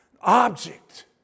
object